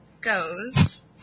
goes